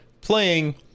playing